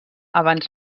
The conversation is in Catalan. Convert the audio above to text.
abans